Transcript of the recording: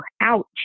ouch